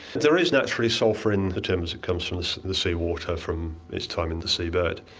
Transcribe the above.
there is naturally sulphur in the timbers, it comes from the sea water from its time in the seabed,